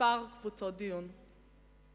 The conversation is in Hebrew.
כמה קבוצות דיון.